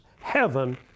heaven